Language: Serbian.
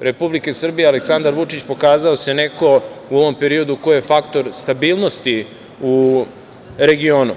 Republike Srbije Aleksandar Vučić pokazao se kao neko u ovom periodu ko je faktor stabilnosti u regionu.